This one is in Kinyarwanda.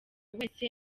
wese